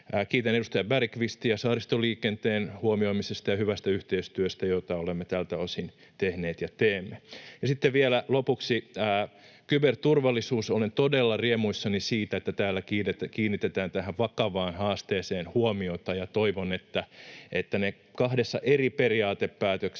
Kiitän edustaja Bergqvistiä saaristoliikenteen huomioimisesta ja hyvästä yhteistyöstä, jota olemme tältä osin tehneet ja teemme. Sitten vielä lopuksi kyberturvallisuus: Olen todella riemuissani siitä, että täällä kiinnitetään tähän vakavaan haasteeseen huomiota, ja toivon, että ne kahdessa eri periaatepäätöksessä